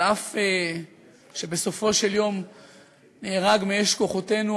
על אף שבסופו של דבר נהרג מאש כוחותינו,